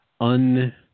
un-